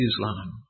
Islam